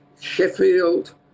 Sheffield